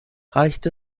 reicht